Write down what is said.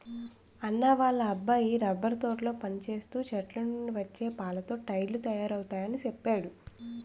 అన్నా వాళ్ళ అబ్బాయి రబ్బరు తోటలో పనిచేస్తూ చెట్లనుండి వచ్చే పాలతో టైర్లు తయారవుతయాని చెప్పేడు